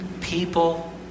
people